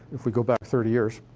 if we go back thirty years,